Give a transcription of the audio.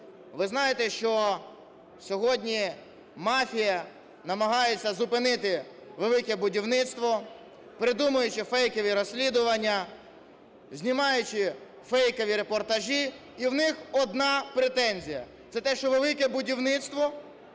Ви знаєте, що сьогодні мафія намагається зупинити велике будівництво, придумуючи фейки і розслідування, знімаючи фейкові репортажі. І в них одна претензія – це те, що велике будівництво